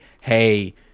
hey